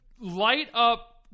light-up